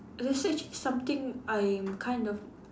they said something I am kind of